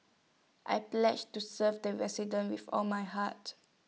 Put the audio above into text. I've pledged to serve the residents with all my heart